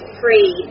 free